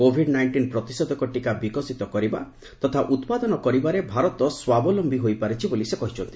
Covid nineteen ପ୍ରତିଷେଧକ ଟିକା ବିକଶିତ କରିବା ତଥା ଉତ୍ପାଦନ କରିବାରେ ଭାରତ ସ୍ୱାବଲମ୍ପି ହୋଇପାରିଛି ବୋଲି ସେ କହିଛନ୍ତି